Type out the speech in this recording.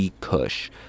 Kush